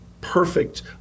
Perfect